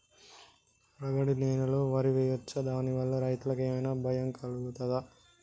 రాగడి నేలలో వరి వేయచ్చా దాని వల్ల రైతులకు ఏమన్నా భయం కలుగుతదా?